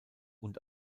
und